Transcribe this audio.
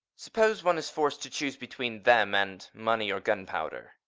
suppose one is forced to choose between them and money or gunpowder?